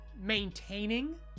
maintaining